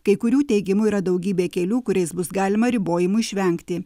kai kurių teigimu yra daugybė kelių kuriais bus galima ribojimų išvengti